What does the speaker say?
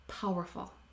powerful